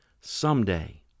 Someday